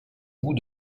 bout